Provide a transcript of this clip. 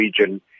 region